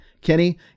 Kenny